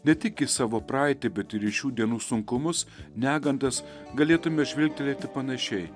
ne tik į savo praeitį bet ir į šių dienų sunkumus negandas galėtume žvilgtelėti panašiai